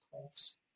place